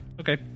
Okay